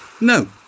no